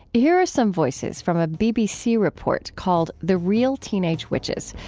here are some voices from a bbc report called the real teenage witches,